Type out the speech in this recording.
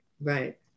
Right